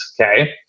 Okay